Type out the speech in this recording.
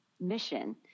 mission